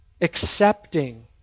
Accepting